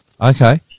Okay